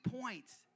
points